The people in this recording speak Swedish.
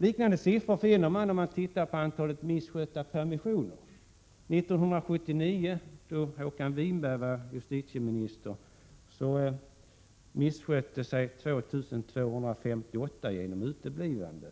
Liknande siffror finner man om man tittar på antalet misskötta permissioner. År 1979, då Håkan Winberg var justitieminister, misskötte sig 2 258 23 genom uteblivande.